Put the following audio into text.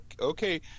okay